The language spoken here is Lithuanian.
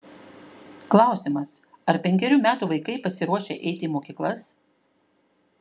klausimas ar penkerių metų vaikai pasiruošę eiti į mokyklas